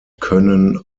können